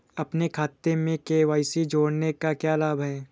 अपने खाते में के.वाई.सी जोड़ने का क्या लाभ है?